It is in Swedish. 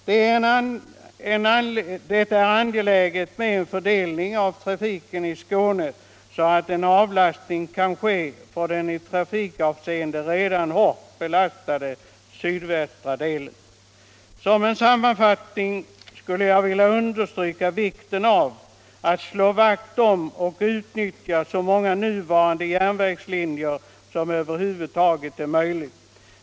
Det är angeläget med en fördelning av trafiken i Skåne så att en avlastning kan ske från den i trafikavseende redan nu hårt belastade sydvästra delen. Som sammanfattning skulle jag vilja understryka vikten av att slå vakt om och utnyttja så många nuvarande järnvägslinjer som över huvud taget är möjligt.